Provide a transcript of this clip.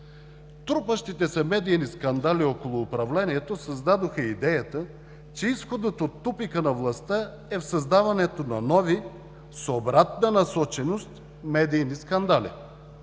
Трупащите се медийни скандали около управлението създадоха идеята, че изходът от тупика на властта е в създаването на нови, с обратна насоченост, медийни скандали.